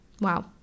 Wow